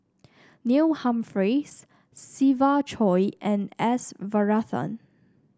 Neil Humphreys Siva Choy and S Varathan